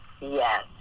Yes